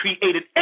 created